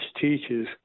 teaches